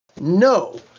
No